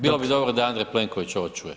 Bilo bi dobro da Andrej Plenković ovo čuje.